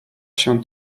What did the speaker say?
się